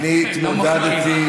תחשוב גם על זה.